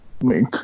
Make